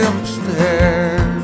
Upstairs